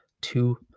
two